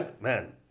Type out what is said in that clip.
man